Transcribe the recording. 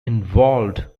involved